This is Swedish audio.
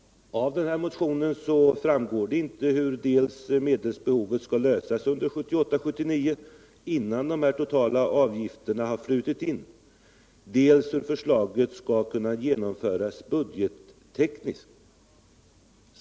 Av motionen framgår inte vare sig hur medelsbehovet skall tillfredsställas under 1978/79 innan de totala avgifterna har flutit in eller hur förslaget skall kunna genomföras budgettekniskt.